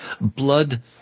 blood